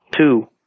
two